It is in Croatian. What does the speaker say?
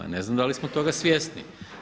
Ne znam da li smo toga svjesni.